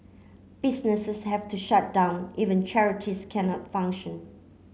businesses have to shut down even charities cannot function